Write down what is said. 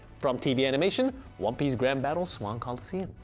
from tv animation one piece grand battle swan colosseum.